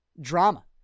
drama